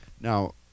Now